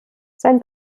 sein